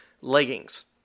leggings